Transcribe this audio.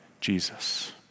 Jesus